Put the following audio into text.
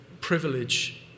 privilege